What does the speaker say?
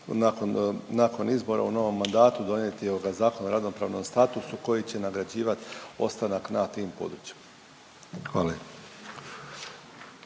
nakon izbora u novom mandatu donijeti ovoga zakon o radno pravnom statusu koji će nagrađivat ostanak na tim područjima. Hvala.